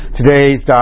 today's